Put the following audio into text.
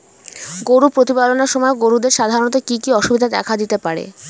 গরু প্রতিপালনের সময় গরুদের সাধারণত কি কি অসুবিধা দেখা দিতে পারে?